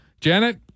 Janet